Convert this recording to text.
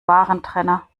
warentrenner